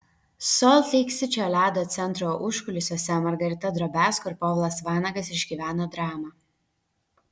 solt leik sičio ledo centro užkulisiuose margarita drobiazko ir povilas vanagas išgyveno dramą